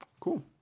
cool